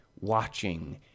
watching